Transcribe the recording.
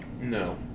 No